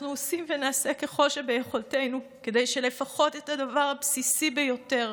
אנחנו עושים ונעשה ככל שביכולתנו כדי שלפחות הדבר הבסיסי ביותר,